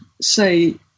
say